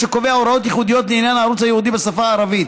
שקובע הוראות ייחודיות לעניין הערוץ הייעודי בשפה הערבית.